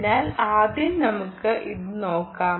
അതിനാൽ ആദ്യം നമുക്ക് ഇത് നോക്കാം